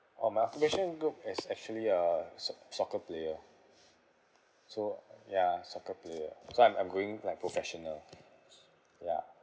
orh my occupation group is actually uh suc~ soccer player so uh ya soccer player so I'm I'm going like professional ya